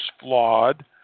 flawed